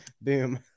Boom